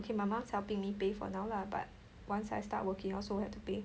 okay my mum's helping me pay for now lah but once I start working I also have to pay